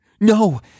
no